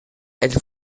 elle